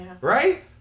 Right